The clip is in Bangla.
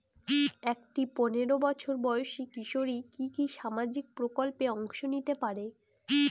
একটি পোনেরো বছর বয়সি কিশোরী কি কি সামাজিক প্রকল্পে অংশ নিতে পারে?